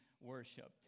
worshipped